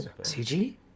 CG